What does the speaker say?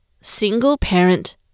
single-parent